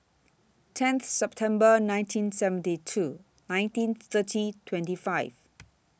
tenth September nineteen seventy two nineteen thirty twenty five